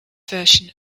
version